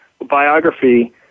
biography